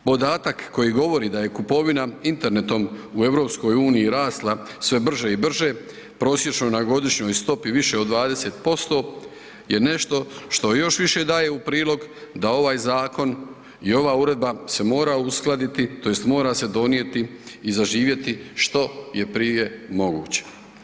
Podatak koji govori da je kupovina internetom u EU rasla sve brže i brže, prosječno na godišnjoj stopi više od 20% je nešto što još više daje u prilog da ovaj zakon i ova uredba se mora uskladiti tj. mora se donijeti i zaživjeti što je prije moguće.